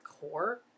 core